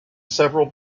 several